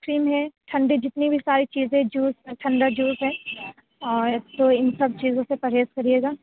کریم ہے ٹھنڈے جنتے بھی ساری چیزیں جوس ہے ٹھنڈا جوس ہے اور تو ان سب چیزوں سے پرہیز کریے گا